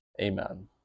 Amen